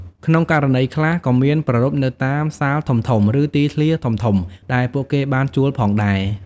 ក្នុងករណីខ្លះ ក៏អាចប្រារព្ធនៅតាមសាលធំៗ ឬទីធ្លាធំៗដែលពួកគេបានជួលផងដែរ។